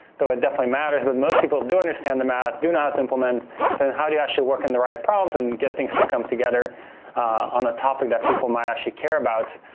though it ah definitely matters, but most people do understand the math do not implement than how do you actually work in the right problems and get things to come together on a topic that people might actually care about.